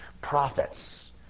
prophets